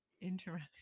Interesting